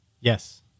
Yes